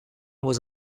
was